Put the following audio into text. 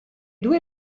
due